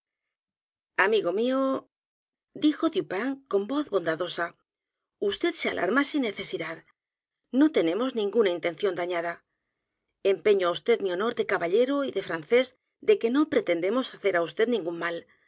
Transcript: amigo mío dijo dupin con voz bondadosa vd se alarma sin necesidad no tenemos ninguna intención dañada empeño á vd mi honor de caballero y de francés de que no pretendemos hacer á v d ningún mal